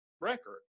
record